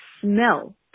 smell